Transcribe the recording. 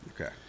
Okay